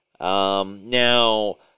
Now